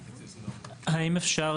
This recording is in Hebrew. אז אני